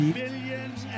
billions